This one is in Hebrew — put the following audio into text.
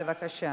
בבקשה.